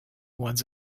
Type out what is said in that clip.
ones